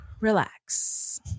relax